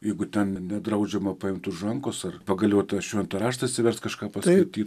jeigu ten nedraudžiama paimt už rankos ar pagaliau tą šventą raštą atsiverst kažką paskaityt